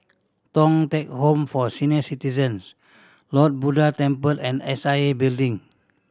Thong Teck Home for Senior Citizens Lord Buddha Temple and S I A Building